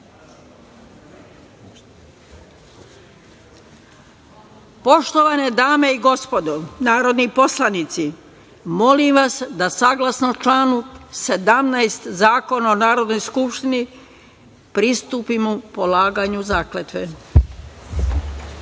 dame i gospodo narodni poslanici, molim vas da saglasno članu 17. Zakona o Narodnoj skupštini pristupimo polaganju